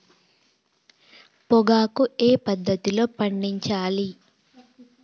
పొగాకు ఏ పద్ధతిలో పండించాలి?